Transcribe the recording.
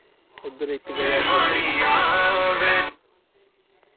उद्धर इक